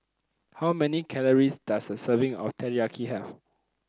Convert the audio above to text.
how many calories does a serving of Teriyaki have